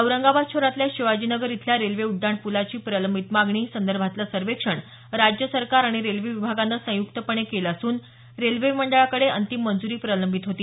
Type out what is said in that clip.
औरंगाबाद शहरातल्या शिवाजीनगर इथल्या रेल्वे उड्डाण पुलाची प्रलंबित मागणी संदर्भातलं सर्वेक्षण राज्य सरकार आणि रेल्वे विभागानं संयुक्तपणे केलं असून रेल्वे मंडळाकडे अंतिम मंजुरी प्रलंबित होती